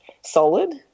solid